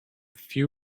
few